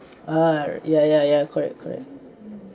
ah r~ ya ya ya correct correct